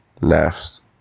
left